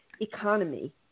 economy